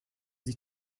sich